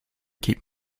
keep